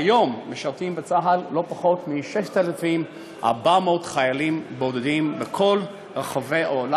והיום משרתים בצה"ל לא פחות מ-6,400 חיילים בודדים מכל רחבי העולם.